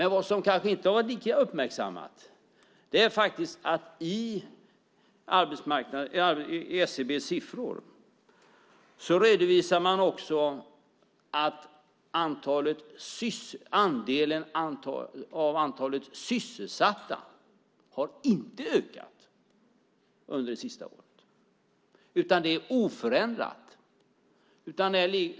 Något som kanske inte har varit lika uppmärksammat är faktiskt att i SCB:s siffror redovisar man också att andelen sysselsatta inte har ökat under det senaste året, utan den siffran är oförändrad.